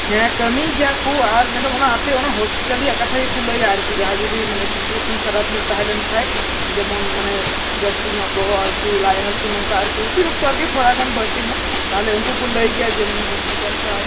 ᱦᱮᱸ ᱠᱟᱹᱢᱤ ᱜᱮᱭᱟᱠᱚ ᱟᱨ ᱢᱮᱰᱚᱢ ᱚᱱᱟ ᱟᱯᱮ ᱚᱱᱟ ᱦᱳᱥᱯᱤᱴᱟᱞ ᱨᱮᱭᱟᱜ ᱠᱟᱛᱷᱟ ᱜᱮᱠᱚ ᱞᱟᱹᱭᱟ ᱟᱨᱠᱤ ᱡᱟᱦᱟᱸ ᱡᱩᱫᱤ ᱥᱤᱪᱩᱭᱮᱥᱮᱱ ᱠᱷᱟᱨᱟᱯ ᱧᱚᱜ ᱛᱟᱦᱮᱞᱮᱱ ᱠᱷᱟᱱ ᱡᱮᱢᱚᱱ ᱢᱟᱱᱮ ᱡᱟᱹᱥᱛᱤ ᱧᱚᱜ ᱵᱚᱦᱚᱜ ᱦᱟᱹᱥᱩ ᱞᱟᱡ ᱦᱟᱹᱥᱩ ᱱᱚᱝᱠᱟ ᱟᱨᱠᱤ ᱚᱛᱤᱨᱤᱠᱛᱚ ᱟᱨᱠᱤ ᱛᱷᱚᱲᱟ ᱜᱟᱱ ᱵᱟᱹᱲᱛᱤ ᱧᱚᱜ ᱛᱟᱦᱚᱞᱮ ᱩᱱᱠᱩ ᱠᱚ ᱞᱟᱹᱭ ᱜᱮᱭᱟ ᱡᱮ ᱢᱟᱱᱮ ᱦᱳᱥᱯᱤᱴᱟᱞ ᱥᱟᱶ